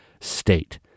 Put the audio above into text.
state